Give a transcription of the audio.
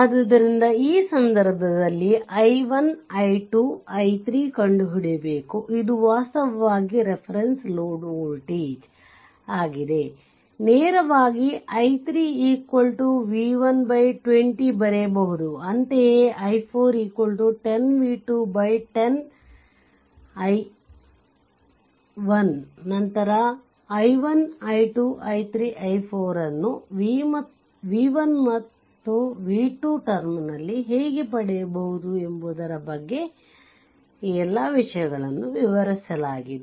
ಆದ್ದರಿಂದ ಈ ಸಂದರ್ಭದಲ್ಲಿ i1 i2 i3 ಕಂಡುಹಿಡಿಯಬೇಕು ಇದು ವಾಸ್ತವವಾಗಿ ರೆಪರೆಂಸ್ ಲೋಡ್ ವೋಲ್ಟೇಜ್ ಆಗಿದೆ ನೇರವಾಗಿ i3 v1 20 ಬರೆಯಬಹುದು ಅಂತೆಯೇ i4 10 v2 10 i1 ನಂತರ i1 i2 i3 i4 ವನ್ನು v1 ಮತ್ತು v2 ಟರ್ಮ್ ನಲ್ಲಿ ಹೇಗೆ ಪಡೆಯು ವುದು ಎಂಬುದರ ಬಗ್ಗೆ ಈ ಎಲ್ಲಾ ವಿಷಯಗಳನ್ನು ವಿವರಿಸಲಾಗಿದೆ